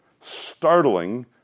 startling